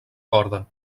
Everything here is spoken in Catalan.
corda